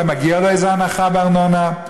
אולי מגיעה לו איזו הנחה בארנונה.